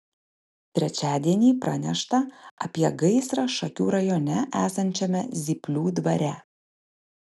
trečiadienį pranešta apie gaisrą šakių rajone esančiame zyplių dvare